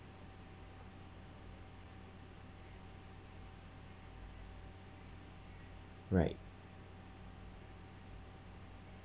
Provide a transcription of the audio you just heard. right